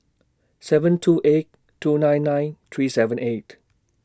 seven two eight two nine nine three seven eight